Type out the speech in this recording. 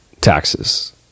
taxes